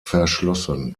verschlossen